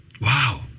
Wow